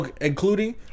Including